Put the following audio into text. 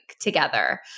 together